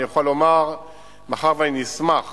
אני יכול לומר מאחר שאני נסמך